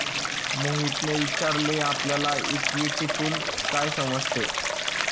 मोहितने विचारले आपल्याला इक्विटीतून काय समजते?